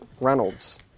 Reynolds